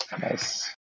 Nice